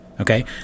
Okay